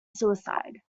suicide